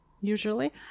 usually